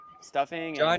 stuffing